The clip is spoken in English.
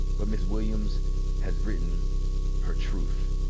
but miss williams has written her truth.